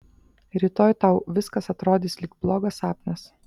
rytoj tau viskas atrodys lyg blogas sapnas